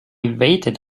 waited